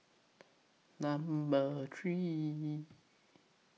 Number three